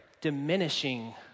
diminishing